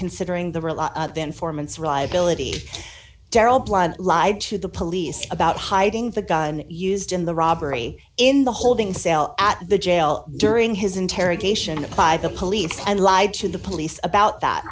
considering the real then formants reliability darryl blunt lied to the police about hiding the gun used in the robbery in the holding cell at the jail during his interrogation by the police and lied to the police about that